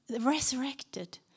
resurrected